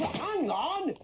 hang on!